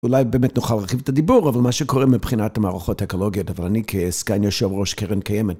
אולי באמת נוכל להרחיב את הדיבור אבל מה שקורה מבחינת המערכות הטכנולוגיות אבל אני כסגן יושב ראש קרן קיימת